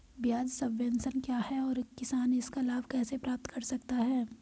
ब्याज सबवेंशन क्या है और किसान इसका लाभ कैसे प्राप्त कर सकता है?